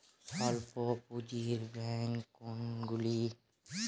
স্বল্প পুজিঁর ব্যাঙ্ক কোনগুলি?